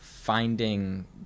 finding